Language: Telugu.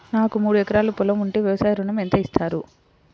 నాకు మూడు ఎకరాలు పొలం ఉంటే వ్యవసాయ ఋణం ఎంత ఇస్తారు?